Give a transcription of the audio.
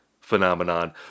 phenomenon